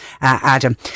Adam